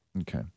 Okay